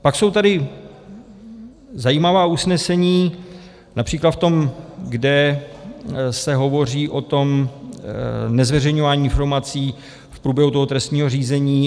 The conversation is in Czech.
Pak jsou tady zajímavá usnesení, například v tom, kde se hovoří o tom nezveřejňování informací v průběhu trestního řízení.